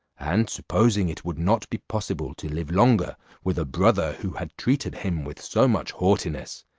and supposing it would not be possible to live longer with a brother who had treated him with so much haughtiness,